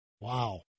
Wow